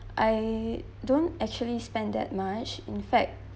I don't actually spend that much in fact